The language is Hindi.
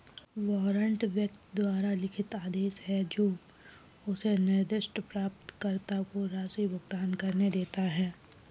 वारंट व्यक्ति द्वारा लिखित आदेश है जो उसे निर्दिष्ट प्राप्तकर्ता को राशि भुगतान करने देता है